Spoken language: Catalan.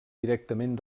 directament